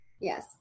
Yes